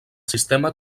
sistema